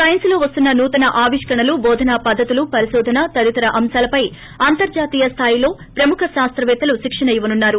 science లో వస్తున్న నూతన ఆవిష్కరణలు బోధనా పద్దతులు పరిశోధన తదితర అంశాలపై అంతర్హాతీయ స్థాయిలో ప్రముఖ శాస్తవేత్తలు శిక్షణ ఇవ్వనున్నారు